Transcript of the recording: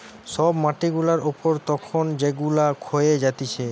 সব মাটি গুলা উপর তখন যেগুলা ক্ষয়ে যাতিছে